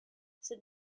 c’est